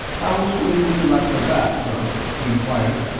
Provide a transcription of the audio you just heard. how soon would you like your bath, sir? he enquired.